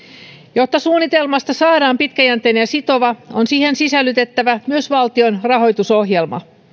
jotta suunnitelmasta saadaan pitkäjänteinen ja sitova on siihen sisällytettävä myös valtion rahoitusohjelma